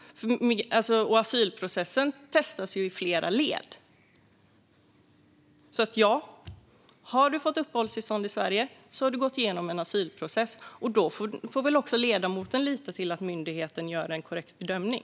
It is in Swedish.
Asylprocessen testas ju i flera led. Har man fått uppehållstillstånd i Sverige har man gått igenom en asylprocess. Också ledamoten får väl lita till att myndigheten gör en korrekt bedömning?